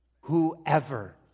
Whoever